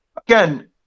again